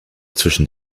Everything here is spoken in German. zwischen